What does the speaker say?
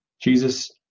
Jesus